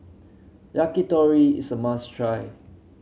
Yakitori is a must try